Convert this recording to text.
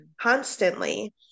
constantly